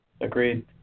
Agreed